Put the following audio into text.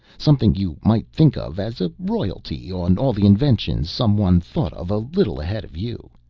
something you might think of as a royalty on all the inventions someone thought of a little ahead of you.